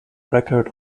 record